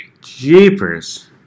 Jeepers